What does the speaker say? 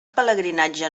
pelegrinatge